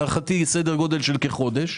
להערכתי תוך סדר גודל של כחודש,